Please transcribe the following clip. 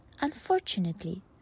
unfortunately